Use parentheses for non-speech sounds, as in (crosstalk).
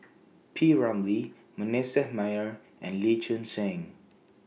(noise) P Ramlee Manasseh Meyer and Lee Choon Seng